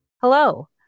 Hello